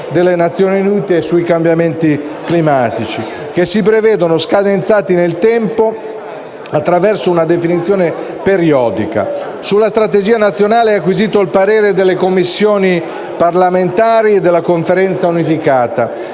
delle Nazioni Unite sui cambiamenti climatici, che si prevedono scadenzati nel tempo attraverso una definizione periodica. Sulla Strategia nazionale è acquisito il parere delle Commissioni parlamentari e della Conferenza unificata.